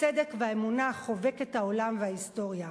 הצדק והאמונה חובקת עולם והיסטוריה.